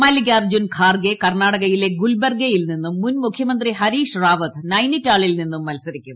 മല്ലി കാർജ്ജുൻ ഖാർഗേ കർണ്ണാട്ടകയിലെ ഗുൽബർഗയിൽ നിന്നും മുൻമുഖ്യമന്ത്രി ഹരീഷ് റ്റാവത്ത് നൈനിറ്റാളിൽ നിന്നും മത്സരി ക്കും